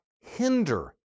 hinder